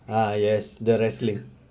ah yes the wrestling